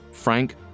Frank